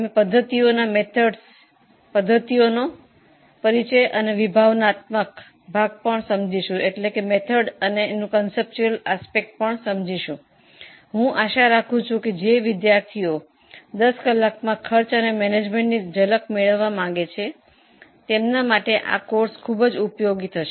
અમે પદ્ધતિઓનો પરિચય અને ખ્યાલ સમજીશું હું આશા રાખું છું કે જે વિદ્યાર્થીઓ 10 કલાકમાં કોસ્ટ અને મેનેજમેન્ટ એકાઉન્ટિંગ સમજવા માંગે છે તેમના માટે આ ટૂંકો કોર્સ ખૂબ જ ઉપયોગી થશે